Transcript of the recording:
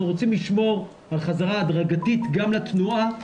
רוצים לשמור על חזרה הדרגתית גם לתנועה,